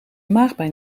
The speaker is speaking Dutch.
maagpijn